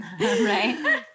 Right